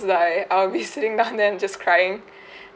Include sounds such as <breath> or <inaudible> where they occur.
die I'll be <laughs> sitting down there and just crying <breath>